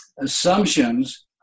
Assumptions